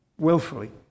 Willfully